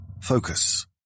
Focus